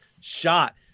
Shot